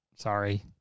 Sorry